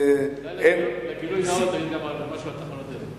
אולי לגילוי נאות תגיד גם משהו על תחנות דלק.